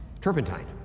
turpentine